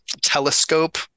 telescope